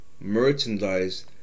merchandise